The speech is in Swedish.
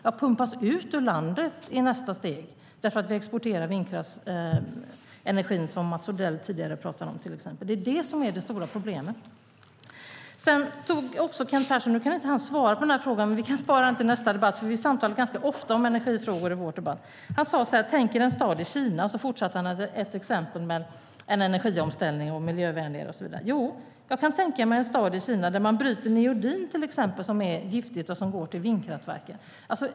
Ja, de pumpas ut ur landet i nästa steg, för vi exporterar vindkraftsenergin, som Mats Odell tidigare pratade om. Det är det som är det stora problemet. Kent Persson kan inte svara på den här frågan, men vi kan spara den till nästa debatt, för vi har samtalat ganska ofta om energifrågor. Han sade så här: Tänk er en stad i Kina! Så fortsatte han med ett exempel på energiomställning mot något miljövänligare och så vidare. Jag kan tänka mig en stad i Kina där man till exempel bryter neodym som är giftigt och som går till vindkraftverken.